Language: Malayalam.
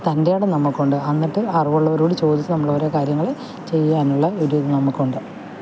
തന്റെടം നമ്മെ കൊണ്ട് എന്നിട്ട് അറിവുള്ളവരോട് ചോദിച്ച് നമ്മളോരോ കാര്യങ്ങള് ചെയ്യാനുള്ള ഒരിത് നമുക്ക് ഉണ്ട്